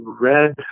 red